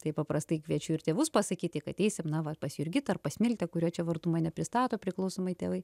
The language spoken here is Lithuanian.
tai paprastai kviečiu ir tėvus pasakyti kad eisim na va pas jurgitą ar pas smiltę kuriuo čia vardu mane pristato priklausomai tėvai